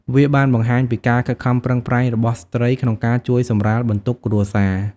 វាបានបង្ហាញពីការខិតខំប្រឹងប្រែងរបស់ស្ត្រីក្នុងការជួយសម្រាលបន្ទុកគ្រួសារ។